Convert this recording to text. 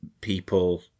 people